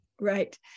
Right